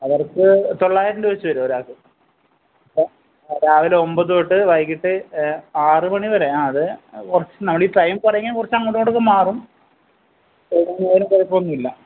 അവർക്ക് തൊള്ളായിരം രൂപ വെച്ച് വരും ഒരാൾക്ക് രാവിലെ ഒമ്പത് തൊട്ട് വൈകിട്ട് ആറ് മണിവരെ ആത് കുറച്ച് നമ്മുടെ ഈ ടൈം പറഞ്ഞത് കുറച്ചങ്ങോട്ടുമിങ്ങോട്ടുമൊക്കെ മാറും ടൈം മാറിയാലും കുഴപ്പമൊന്നുമില്ല